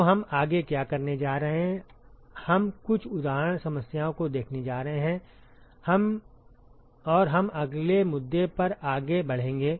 तो हम आगे क्या करने जा रहे हैं हम कुछ उदाहरण समस्याओं को देखने जा रहे हैं और हम अगले मुद्दे पर आगे बढ़ेंगे